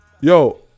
yo